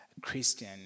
Christian